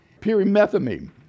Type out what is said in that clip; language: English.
pyrimethamine